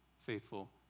faithful